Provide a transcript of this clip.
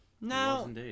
No